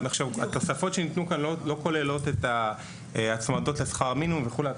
התוספות שניתנו כאן לא כוללות את ההצמדות לשכר מינימום וכולי.